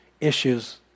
issues